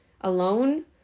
alone